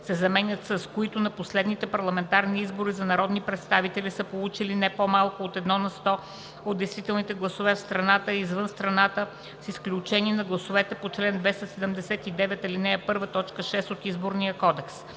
се заменят с „които на последните избори за народни представители са получили не по-малко от едно на сто от действителните гласове в страната и извън страната, с изключение на гласовете по чл. 279, ал. 1, т. 6 от Изборния кодекс“.